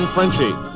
Frenchie